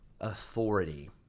Authority